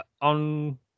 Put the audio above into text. on